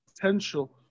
potential